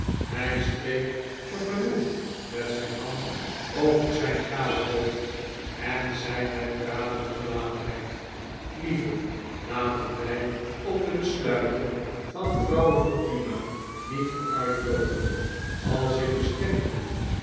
hij streek vergenoegd met zijn hand over zijn kale hoofd en zei met pralende gelatenheid lieve laten wij op de besluiten van vrouwe fortuna niet vooruitloopen als ik bestemd ben